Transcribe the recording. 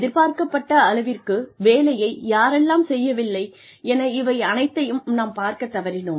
எதிர்பார்க்கப்பட்ட அளவிற்கு வேலையை யாரெல்லாம் செய்யவில்லை என இவை அனைத்தையும் நாம் பார்க்கத் தவறினோம்